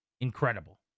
incredible